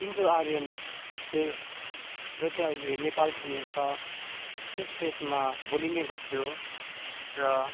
Indo Aryan देश जो चाहिँ अहिले नेपाल भनिन्छ त्यस देशमा बोलिने गर्थ्यो र